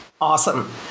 Awesome